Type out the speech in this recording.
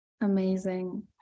Amazing